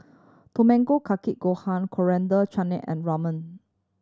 Tamago Kake Gohan Coriander Chutney and Ramen